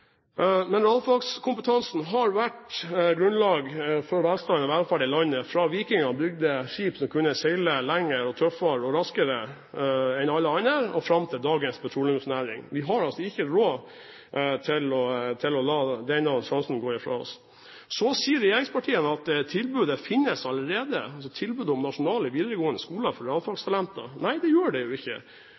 har vært grunnlag for velstand og velferd i landet, fra vikingene bygde skip som kunne seile lenger, i tøffere vær og raskere enn alle andre, og fram til dagens petroleumsnæring. Vi har ikke råd til å la denne sjansen gå fra oss. Så sier regjeringspartiene at tilbudet om nasjonale videregående skoler for realfagstalenter finnes allerede. Nei, det gjør det ikke.